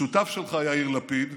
השותף שלך, יאיר לפיד,